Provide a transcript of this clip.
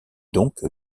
donc